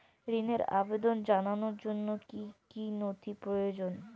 ঋনের আবেদন জানানোর জন্য কী কী নথি প্রয়োজন?